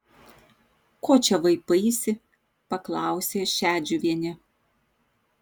ko čia vaipaisi paklausė šedžiuvienė